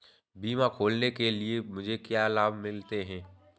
बीमा खोलने के लिए मुझे क्या लाभ मिलते हैं?